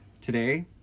Today